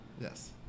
Yes